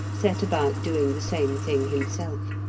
set about doing the same thing himself.